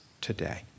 today